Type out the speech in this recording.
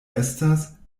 estas